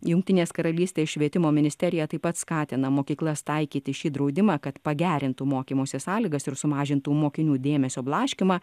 jungtinės karalystės švietimo ministerija taip pat skatina mokyklas taikyti šį draudimą kad pagerintų mokymosi sąlygas ir sumažintų mokinių dėmesio blaškymą